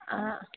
हा